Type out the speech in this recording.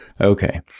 Okay